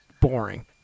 boring